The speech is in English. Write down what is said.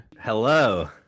Hello